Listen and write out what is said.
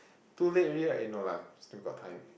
too late already right eh no lah still got time